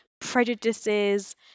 prejudices